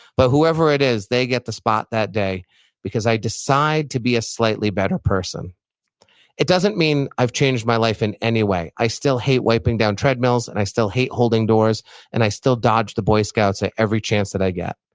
but whoever it is, they get the spot that day because i decide to be a slightly better person it doesn't mean i've changed my life in any way. i still hate wiping down treadmills and i still hate holding doors and i still dodge the boy scouts at every chance that i get.